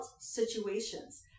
situations